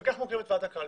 וכך מוקמת ועדת קלפי.